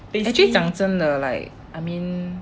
actually 讲真的 like I mean err